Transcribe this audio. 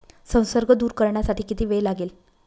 संसर्ग दूर करण्यासाठी किती वेळ लागेल?